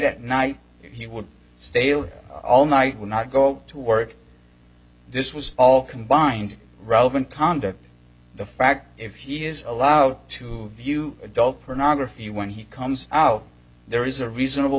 at night he would stale all night would not go to work this was all combined robin conduct the fact if he is allowed to view adult pornography when he comes out there is a reasonable